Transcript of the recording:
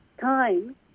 time